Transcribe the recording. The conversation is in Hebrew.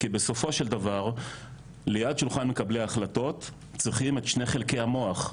כי בסופו של דבר ליד שולחן מקבלי ההחלטות צריכים את שני חלקי המוח.